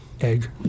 egg